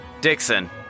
Dixon